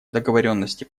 договоренности